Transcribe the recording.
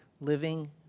Living